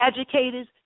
educators